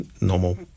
normal